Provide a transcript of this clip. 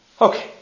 Okay